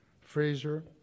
Fraser